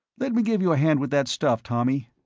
let me give you a hand with that stuff, tommy.